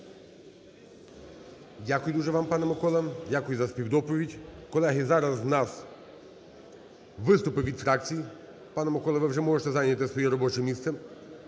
Дякую дуже вам, пане Микола, дякую за співдоповідь. Колеги, зараз у нас виступи від фракцій. Пане Микола, ви вже можете зайняти своє робоче місце.